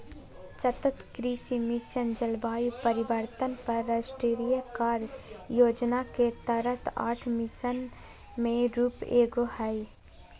सतत कृषि मिशन, जलवायु परिवर्तन पर राष्ट्रीय कार्य योजना के तहत आठ मिशन में से एगो हइ